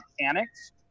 mechanics